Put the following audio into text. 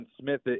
Smith